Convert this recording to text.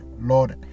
Lord